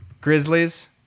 Grizzlies